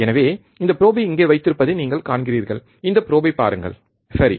எனவே இந்த ப்ரோபை இங்கே வைத்திருப்பதை நீங்கள் காண்கிறீர்கள் இந்த ப்ரோபை பாருங்கள் சரி